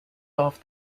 off